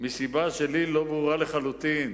מסיבה שלי לא ברורה לחלוטין.